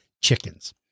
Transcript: chickens